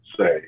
say